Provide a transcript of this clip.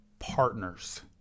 partners